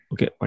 Okay